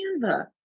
Canva